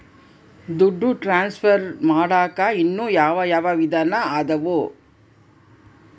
ದುಡ್ಡು ಟ್ರಾನ್ಸ್ಫರ್ ಮಾಡಾಕ ಇನ್ನೂ ಯಾವ ಯಾವ ವಿಧಾನ ಅದವು?